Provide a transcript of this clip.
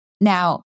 Now